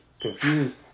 confused